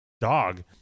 dog